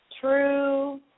true